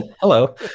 Hello